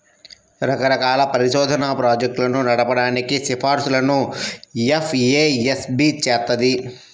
రకరకాల పరిశోధనా ప్రాజెక్టులను నడపడానికి సిఫార్సులను ఎఫ్ఏఎస్బి చేత్తది